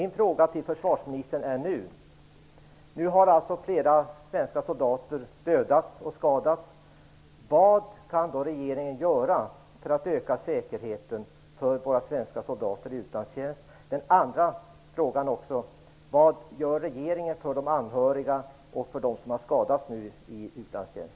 Nu har alltså flera svenska soldater dödats och skadats. Min fråga till försvarsministern är nu: Vad kan regeringen göra för att öka säkerheten för våra svenska soldater i utlandstjänst? Jag vill också ställa en annan fråga. Vad gör regeringen för de anhöriga och för dem som har skadats i utlandstjänst?